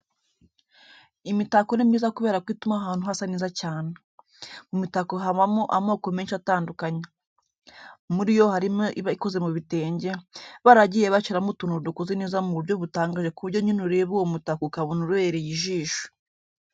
Imitako ni myiza kubera ko ituma ahantu hasa neza cyane. Mu mitako habamo amoko menshi atandukanye. Muri yo harimo iba ikoze mu bitenge, baragiye bashyiramo utuntu dukoze neza mu buryo butangaje ku buryo nyine ureba uwo mutako ukabona ubereye ijisho.